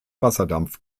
wasserdampf